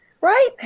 right